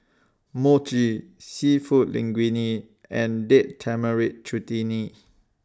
Mochi Seafood Linguine and Date Tamarind Chutney